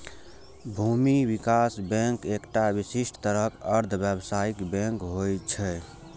भूमि विकास बैंक एकटा विशिष्ट तरहक अर्ध व्यावसायिक बैंक होइ छै